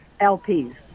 LPs